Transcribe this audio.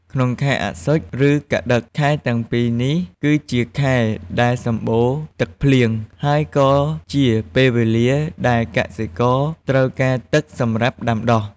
ក្នុងខែអស្សុជ និងកត្តិក: ខែទាំងពីរនេះគឺជាខែដែលសម្បូរទឹកភ្លៀង ហើយក៏ជាពេលវេលាដែលកសិករត្រូវការទឹកសម្រាប់ដាំដុះ។